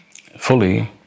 fully